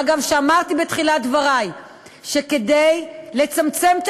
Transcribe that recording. מה גם שאמרתי בתחילת דברי שכדי לצמצם את